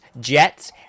Jets